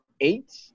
eight